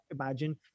imagine